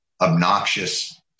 obnoxious